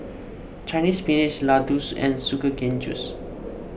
Chinese Spinach Laddu and Sugar Cane Juice